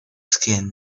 skin